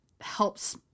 helps